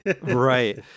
right